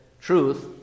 truth